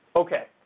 Okay